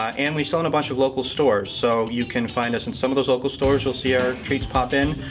and we sell in a bunch of local stores. so you can find us in some of those local stores. you'll see our treats pop in,